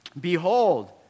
behold